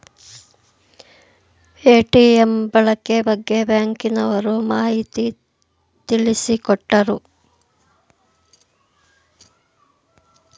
ATM ಬಳಕೆ ಬಗ್ಗೆ ಬ್ಯಾಂಕಿನವರು ಮಾಹಿತಿ ತಿಳಿಸಿಕೊಟ್ಟರು